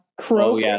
croak